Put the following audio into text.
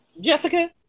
Jessica